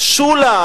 "שולה,